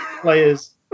players